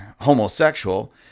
homosexual